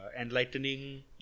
Enlightening